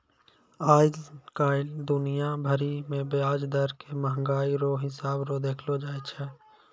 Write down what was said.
आइ काल्हि दुनिया भरि मे ब्याज दर के मंहगाइ रो हिसाब से देखलो जाय छै